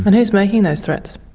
who's making those threats?